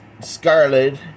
Scarlet